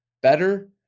better